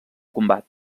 combat